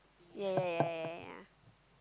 ya ya ya ya ya ya